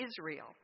Israel